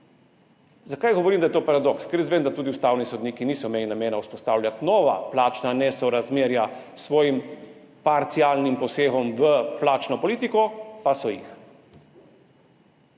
Zakaj govorim, da je to paradoks? Ker jaz vem, da tudi ustavni sodniki niso imeli namena vzpostavljati novih plačnih nesorazmerij s svojim parcialnim posegom v plačno politiko, pa so jih.